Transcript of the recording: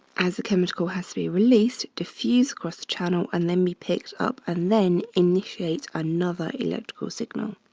as the chemical has to be released, diffused across channel and then be picked up and then initiate another electrical signal.